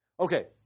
Okay